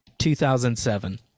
2007